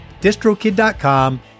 distrokid.com